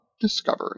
discovery